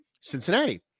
Cincinnati